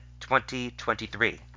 2023